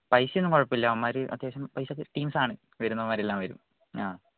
പൈസയൊന്നും കുഴപ്പം ഇല്ല അവന്മാർ അത്യാവശ്യം പൈസക്ക് ടീംസാണ് വരുന്നവന്മാർ എല്ലാവരും ആ